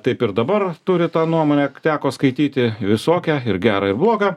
taip ir dabar turi tą nuomonę teko skaityti visokią ir gerą ir blogą